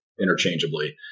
interchangeably